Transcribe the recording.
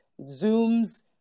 zooms